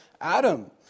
Adam